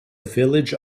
village